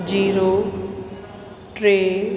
जीरो टे